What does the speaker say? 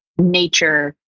Nature